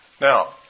Now